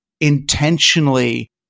intentionally